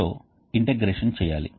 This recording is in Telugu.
మరొక రకమైన హీట్ ఎక్స్ఛేంజర్ ఉండవచ్చు